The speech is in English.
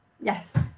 Yes